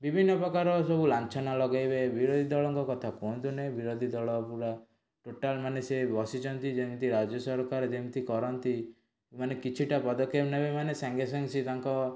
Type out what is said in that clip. ବିଭିନ୍ନ ପ୍ରକାର ସବୁ ଲାଞ୍ଛନା ଲଗେଇବେ ବିରୋଧିଦଳଙ୍କ କଥା କୁହନ୍ତୁ ନାହିଁ ବିରୋଧି ଦଳ ପୂରା ଟୋଟାଲ୍ ମାନେ ସେ ବସିଛନ୍ତି ଯେମିତି ରାଜ୍ୟ ସରକାର ଯେମିତି କରନ୍ତି ମାନେ କିଛିଟା ପଦକ୍ଷେପ ନେବେ ମାନେ ସାଙ୍ଗେସାଙ୍ଗେ ସିଏ ତାଙ୍କ